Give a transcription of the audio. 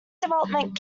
development